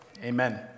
Amen